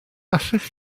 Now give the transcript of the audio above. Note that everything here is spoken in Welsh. allech